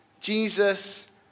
Jesus